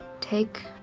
take